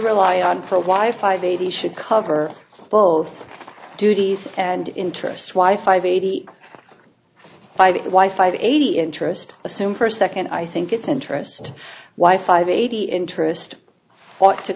rely on for why five eighty should cover both duties and interest why five eighty eight five why five eighty interest assume for a second i think it's interest why five eighty interest ought to